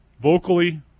vocally